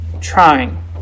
trying